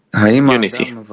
Unity